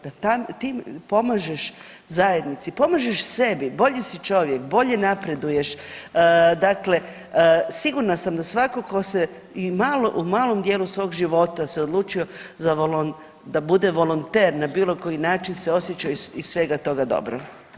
Da tim pomažeš zajednici, pomažeš sebi, bolji si čovjek, bolje napreduješ, dakle, sigurna sam da svatko tko se i u malom dijelu svog života se odlučio da bude volonter na bilo koji način se osjećaju iz svega toga dobro.